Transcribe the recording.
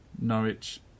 Norwich